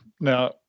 Now